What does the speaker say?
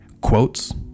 Quotes